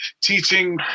teaching